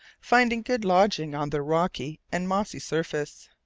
finding good lodging on their rocky and mossy surface.